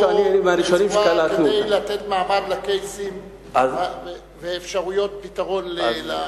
עמדנו כדי לתת מעמד לקייסים ואפשרויות פתרון לקהילה.